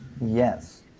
Yes